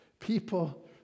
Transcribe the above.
People